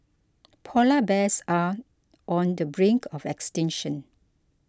Polar Bears are on the brink of extinction